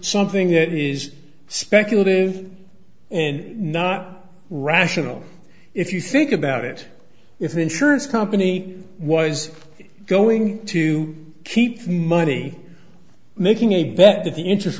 something that is speculative and not rational if you think about it if an insurance company was going to keep money making a bet that the interest